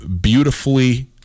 beautifully